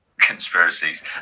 conspiracies